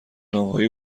نانوایی